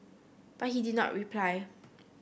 but he did not reply